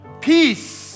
peace